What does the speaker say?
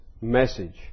message